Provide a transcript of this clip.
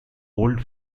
old